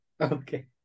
Okay